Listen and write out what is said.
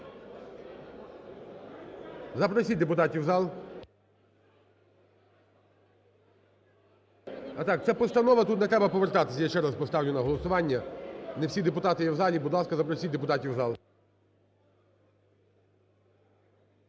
Запросіть депутатів в зал. Це постанова, тут не треба повертатися, я ще раз поставлю на голосування, не всі депутати є в залі. Будь ласка, запросіть депутатів в зал.